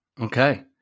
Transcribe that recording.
okay